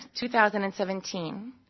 2017